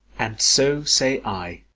and so say i.